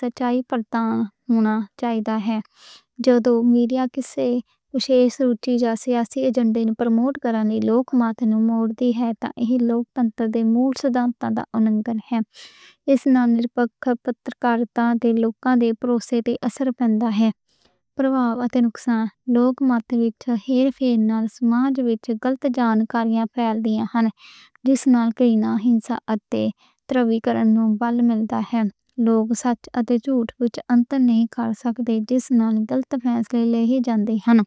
سچائی دے نال نِبھاؤ کرنی چاہیدی ہے۔ نہ کہ کسے وشیش سوچ یا ایجنڈے نوں پروموٹ کرنا۔ ایہ لوکتنتر دے مول سدھانتاں دا اُللنگھن ہے۔ اک پترکار تے لوکاں دے بھروسے دا اثر پہن دا ہے۔ فیک کرن نال سماج وچ غلط جانکاریاں پھیل دیاں ہے۔ جس نال کہیں نہ کہیں وترکرن نوں بل ملدا ہے۔ لوک سچ اتے جھوٹ وچ انتر نہیں کر سکتے۔ جس نال غلط فیصلے لئی جاندے ہے۔